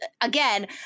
again